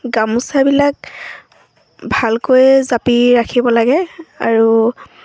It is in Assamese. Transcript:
গামোচাবিলাক ভালকৈ জাপি ৰাখিব লাগে আৰু